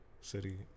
City